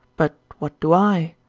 but what do i?